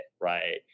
right